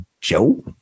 Joe